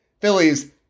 Phillies